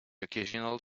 occasional